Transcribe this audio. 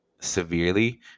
severely